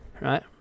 right